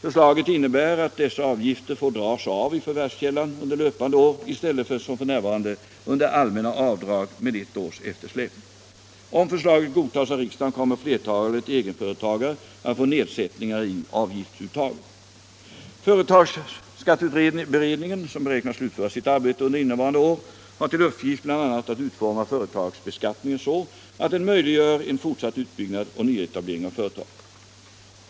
Förslaget innebär att dessa avgifter får dras av i förvärvskällan under löpande år i stället för som f. n. under allmänna avdrag med ett års eftersläpning. Om förslaget godtas av riksdagen kommer flertalet egenföretagare att få nedsättningar i avgiftsuttaget. Företagsskatteberedningen, som beräknas slutföra sitt arbete under innevarande år, har till uppgift bl.a. att utforma företagsbeskattningen så att den möjliggör en fortsatt utbyggnad och nyetablering av företag.